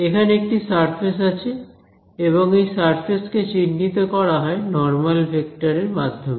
এখানে একটি সারফেস আছে এবং এই সারফেস কে চিহ্নিত করা হয় নরমাল ভেক্টর এর মাধ্যমে